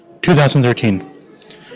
2013